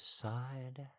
side